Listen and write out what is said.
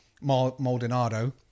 Maldonado